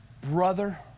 brother